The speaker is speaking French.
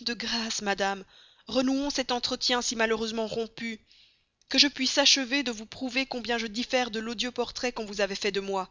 de grâce madame renouons cet entretien si malheureusement rompu que je puisse achever de vous prouver combien je diffère de l'odieux portrait qu'on vous avait fait de moi